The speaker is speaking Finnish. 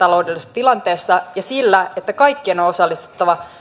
tilanteessa ja sillä että kaikkien on osallistuttava